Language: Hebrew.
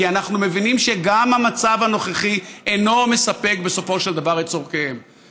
כי אנחנו מבינים שגם המצב הנוכחי אינו מספק את צורכיהם בסופו של דבר.